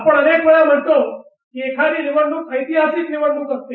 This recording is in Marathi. आपण अनेक वेळा म्हणतो की एखादी निवडणुक ऐतिहासिक निवडणुक असते